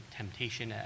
temptation